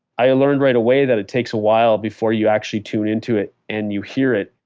i learned right away that it takes a while before you actually tune in to it and you hear it.